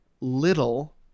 little